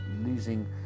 losing